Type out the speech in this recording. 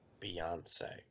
beyonce